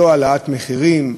לא העלאת מחירים,